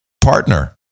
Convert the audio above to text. partner